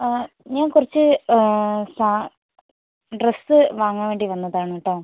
ഞാൻ കുറച്ച് സാ ഡ്രസ്സ് വാങ്ങാൻ വേണ്ടി വന്നത് ആണ് കേട്ടോ